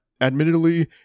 admittedly